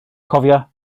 cofia